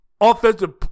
offensive